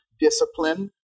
discipline